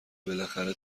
بالاخره